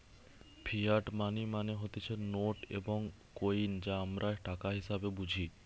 fiat money মানে হতিছে note এবং কইন যা আমরা টাকা হিসেবে বুঝি